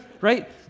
right